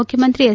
ಮುಖ್ಯಮಂತ್ರಿ ಎಚ್